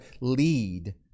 lead